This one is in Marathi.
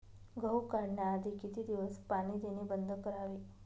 गहू काढण्याआधी किती दिवस पाणी देणे बंद करावे?